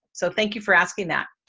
so, thank you for asking that.